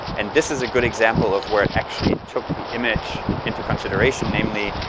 and this is a good example of where it actually took the image into consideration namely,